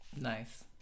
nice